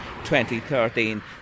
2013